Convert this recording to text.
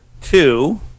two